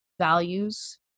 values